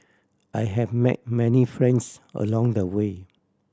I have met many friends along the way